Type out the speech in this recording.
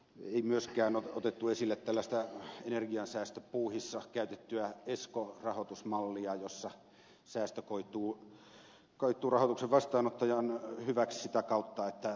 ei myöskään otettu esille tällaista energiansäästöpuuhissa käytettyä esco rahoitusmallia jossa säästö koituu rahoituksen antajan hyväksi sitä kautta että